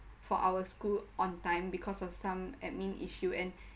for our school on time because of some admin issue and